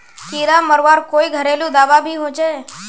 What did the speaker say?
कीड़ा मरवार कोई घरेलू दाबा भी होचए?